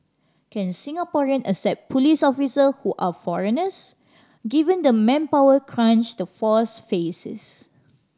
can Singaporean accept police officer who are foreigners given the manpower crunch the force faces